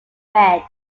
red